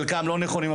חלקם לא נכונים,